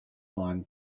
line